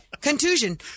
Contusion